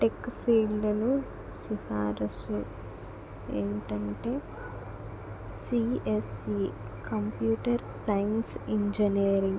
tech ఫీల్డ్లను సిఫార్సు ఏంటంటే సిఎస్ఇ కంప్యూటర్ సైన్స్ ఇంజనీరింగ్